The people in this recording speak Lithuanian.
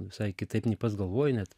visai kitaip nei pats galvoji net